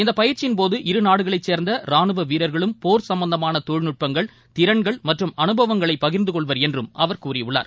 இந்தபயிற்சியின்போது நாடுகளைச் சேர்ந்தராணுவவீரர்களும் போர் இரு சம்பந்தமானதொழில்நுட்பங்கள் திறன்கள் மற்றும் அனுபவங்களைபகிர்ந்துகொள்வார் என்றும் அவர் கூறியுள்ளார்